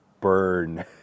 burn